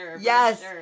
yes